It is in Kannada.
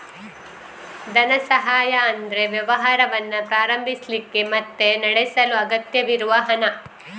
ಧನ ಸಹಾಯ ಅಂದ್ರೆ ವ್ಯವಹಾರವನ್ನ ಪ್ರಾರಂಭಿಸ್ಲಿಕ್ಕೆ ಮತ್ತೆ ನಡೆಸಲು ಅಗತ್ಯವಿರುವ ಹಣ